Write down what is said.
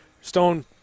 Stone